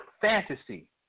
fantasy